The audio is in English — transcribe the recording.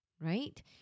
Right